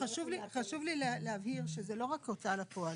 חשוב לי להבהיר שזה לא רק הוצאה לפועל,